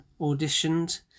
auditioned